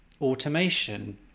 automation